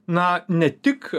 na ne tik